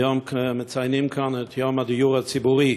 היום מציינים כאן את יום הדיור הציבורי.